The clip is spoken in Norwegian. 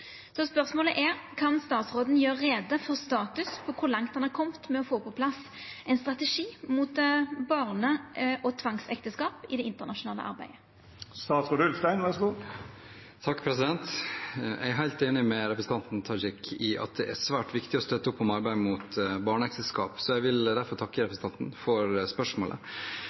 Kan statsråden gjere greie for status på kor langt han har kome med å få på plass ein strategi mot barne- og tvangsekteskap i det internasjonale arbeidet?» Jeg er helt enig med representanten Tajik i at det er svært viktig å støtte opp om arbeidet mot barneekteskap. Jeg vil derfor takke representanten for spørsmålet.